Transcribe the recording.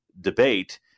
debate